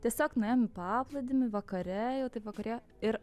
tiesiog nuėjom į paplūdimį vakare jau taip vakarėjo ir